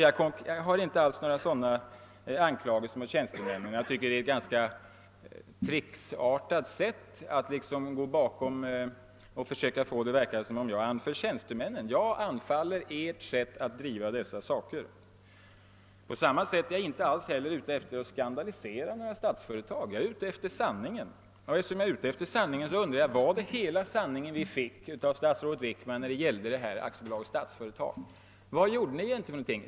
Jag har alls inga sådana anklagelser mot tjänstemännen. Jag tycker att detta är ett ganska trickartat sätt att liksom gå bakom och försöka få det att verka som om jag anföll tjänstemännen. Jag anfaller ert sätt att driva dessa frågor. Inte heller är jag ute för att skandalisera några statsföretag, utan jag är ute efter sanningen. Och därför frågar jag om det var hela sanningen vi fick av statsrådet Wickman ,när det gällde Statsföretag AB? Vad gjorde ni för någonting?